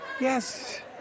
Yes